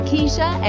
Keisha